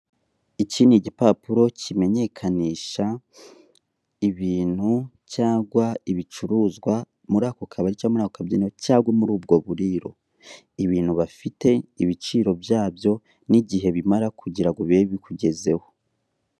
Icyi ni igipapuro kimenyekanisha ibintu cyangwa ibicuruzwa muri ako kabari cyangwa muri ako kabyiniro cyangwa muri ubwo buriro; ibintu bafite, ibiciro byabyo, n'igihe bimara kugirango bibe bikugezeho.